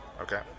Okay